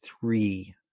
three